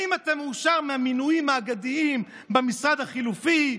האם אתה מאושר מהמינויים האגדיים במשרד החלופי,